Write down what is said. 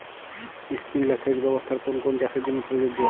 Sprinkler সেচ ব্যবস্থার কোন কোন চাষের জন্য প্রযোজ্য?